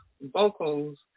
vocals